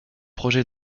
projets